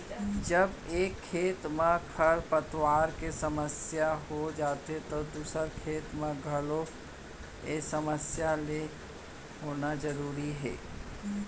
जब एक खेत म खरपतवार के समस्या हो जाथे त दूसर खेत म घलौ ए समस्या ल होना जरूरी हे